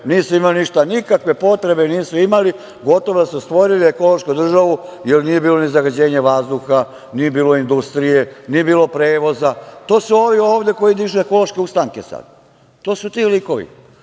nisu imali ništa, nikakve potrebe nisu imali gotovo da su stvorili ekološku državu, jer nije bilo ni zagađenja vazduha, nije bilo industrije, nije bilo prevoza. To su ovi ovde koji dižu ekološke ustanke sad. To su ti likovi.